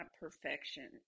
perfection